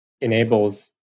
enables